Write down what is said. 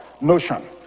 notion